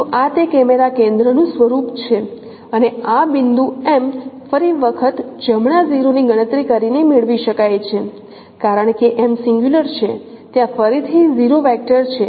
તો આ તે કેમેરા કેન્દ્રનું સ્વરૂપ છે અને આ બિંદુ M ફરી વખત જમણા 0ની ગણતરી કરીને તે મેળવી શકાય છે કારણ કે M સિંગલ્યુલર છે ત્યાં ફરીથી 0 વેક્ટર છે